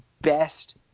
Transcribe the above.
best